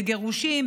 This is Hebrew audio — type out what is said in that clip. בגירושים,